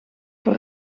voor